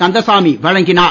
கந்தசாமி வழங்கினார்